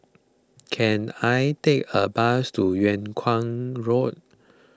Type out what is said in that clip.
can I take a bus to Yung Kuang Road